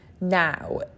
now